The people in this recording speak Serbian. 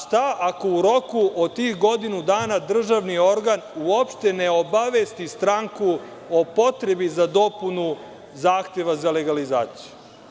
Šta ako u roku od tih godinu dana državni organ uopšte ne obavesti stranku o potrebi za dopunu zahteva za legalizaciju?